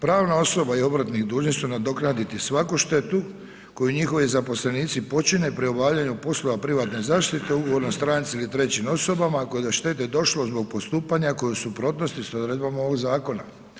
Pravna osoba ili obrtnik, dužni su nadoknaditi svaku štetu koju njihovi zaposlenici počine pri obavljanju poslova privatne zaštite, ugovornoj stranci ili trećim osobama, ako je do štete došlo zbog postupanja koje je u suprotnosti s odredbom ovog zakona.